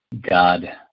God